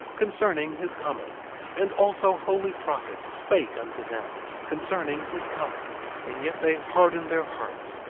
concerning his coming and also holy prophets spake unto them concerning his coming and yet they hardened their hearts,